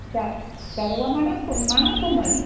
जा जारौआ मा नांगौ मा नांगौमोन